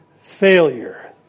failure